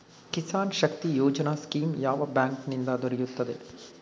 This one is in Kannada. ಕಿಸಾನ್ ಶಕ್ತಿ ಯೋಜನಾ ಸ್ಕೀಮ್ ಯಾವ ಬ್ಯಾಂಕ್ ನಿಂದ ದೊರೆಯುತ್ತದೆ?